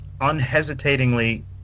unhesitatingly